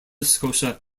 scotia